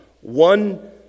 One